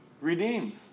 redeems